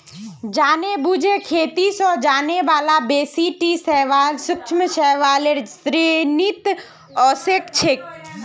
जानेबुझे खेती स जाने बाला बेसी टी शैवाल सूक्ष्म शैवालेर श्रेणीत ओसेक छेक